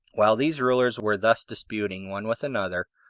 while these rulers were thus disputing one with another,